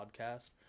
podcast